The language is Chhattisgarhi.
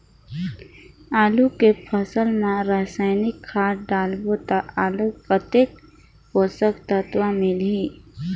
आलू के फसल मा रसायनिक खाद डालबो ता आलू कतेक पोषक तत्व मिलही?